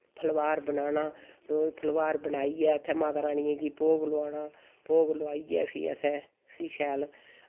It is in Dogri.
फलोआर बनाना रोज़ फलोआर बनाइयै उत्थै माता रानियै गी भोग लोआना भोग लोआइयै फ्ही असें फ्ही शैल